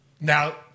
Now